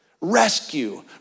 Rescue